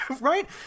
Right